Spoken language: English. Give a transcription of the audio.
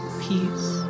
peace